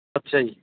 ਅੱਛਾ ਜੀ